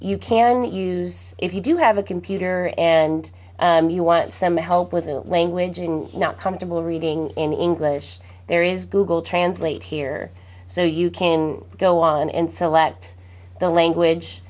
you can use if you do have a computer and you want some help with the language and not comfortable reading in english there is google translate here so you can go on and select the language